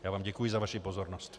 Já vám děkuji za vaši pozornost.